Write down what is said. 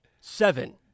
Seven